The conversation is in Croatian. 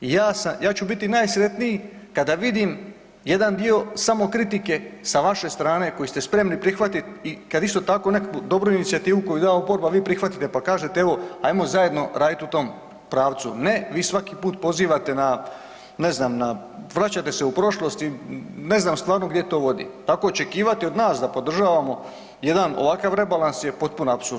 Ja ću biti najsretniji kada vidim jedan dio samokritike sa vaše strane koju ste spremni prihvatiti i kad isto tako neku dobru inicijativu koju da oporba vi prihvatite pa kažete, evo ajmo zajedno raditi u tom pravcu, ne, vi svaki put pozivate na, ne znam, vraćate se u prošlost i ne znam stvarno gdje to vodi, tako očekivati od nas podržavamo jedan ovakav rebalans je potpuno apsurdno.